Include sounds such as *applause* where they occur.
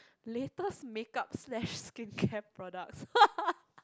latest make up slash skincare product *laughs*